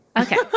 okay